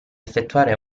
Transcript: effettuare